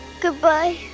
goodbye